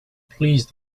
please